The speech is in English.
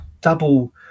double